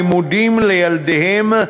לימודים לילדיהם,